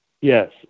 Yes